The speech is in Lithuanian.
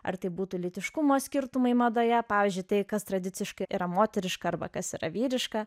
ar tai būtų lytiškumo skirtumai madoje pavyzdžiui tai kas tradiciškai yra moteriška arba kas yra vyriška